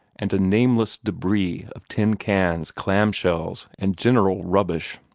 and a nameless debris of tin cans, clam-shells, and general rubbish.